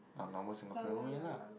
like normal Singaporean way lah